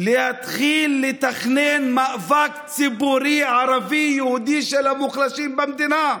להתחיל לתכנן מאבק ציבורי ערבי-יהודי של המוחלשים במדינה.